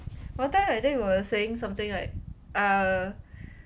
one time I think we were saying something like err